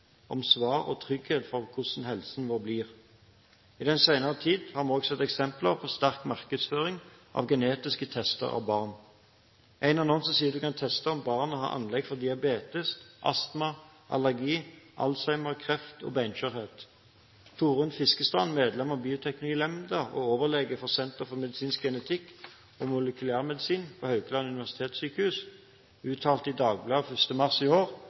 om svar og trygghet for hvordan helsen vår blir. I den senere tid har vi også sett eksempler på sterk markedsføring av genetiske tester av barn. En annonse sier at du kan teste om barnet har anlegg for diabetes, astma, allergi, alzheimer, kreft og benskjørhet. Torunn Fiskerstrand, medlem av Bioteknologinemnda og overlege på Senter for medisinsk genetikk og molekylærmedisin på Haukeland universitetssjukehus, uttalte i Dagbladet 1. mars i år: